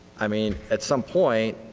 i mean, at some point